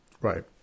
right